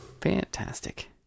Fantastic